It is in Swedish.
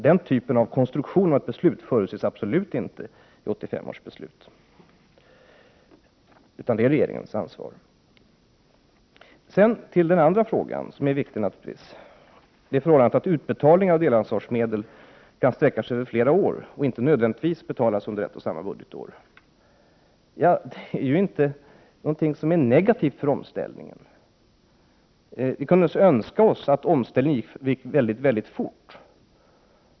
Den typen av konstruktion på ett beslut förutsätts absolut inte i 1985 års beslut, utan det faller under regeringens ansvar. Sedan vill jag säga några ord om den andra frågan som naturligtvis är viktig. Den gäller det förhållandet att utbetalning av delansvarsmedel kan sträcka sig över flera år och inte nödvändigtvis betalas ut under ett och samma budgetår. Det är dock inte negativt för omställningen. Vi kunde naturligtvis önska att omställningen skulle gå mycket fort.